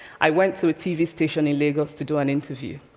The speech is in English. i went to a tv station in lagos to do an interview,